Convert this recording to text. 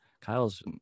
Kyle's